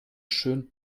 schön